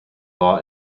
law